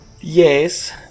yes